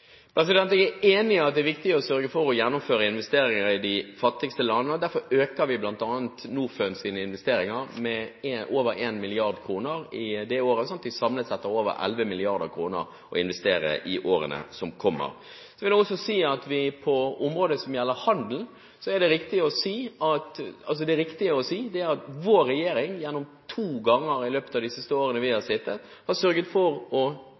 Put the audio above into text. Jeg er enig i at det er viktig å sørge for å gjennomføre investeringer i de fattigste landene, og derfor øker vi bl.a. Norfunds investeringer med over 1 mrd. kr per år, slik at vi samlet har over 11 mrd. kr å investere i årene som kommer. På området som gjelder handel, er det riktige å si at vår regjering to ganger i løpet av de årene vi har sittet i regjering, har sørget for å